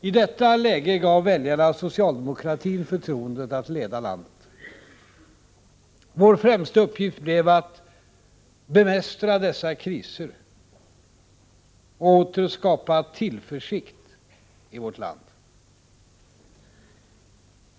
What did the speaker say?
I detta läge gav väljarna socialdemokratin förtroendet att leda landet. Vår främsta uppgift blev att bemästra dessa kriser och åter skapa tillförsikt i vårt land.